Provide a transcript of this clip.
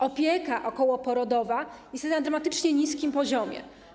Opieka okołoporodowa jest na dramatycznie niskim poziomie.